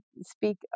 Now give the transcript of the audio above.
speak